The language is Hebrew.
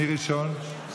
מי ראשון?